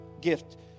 gift